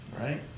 right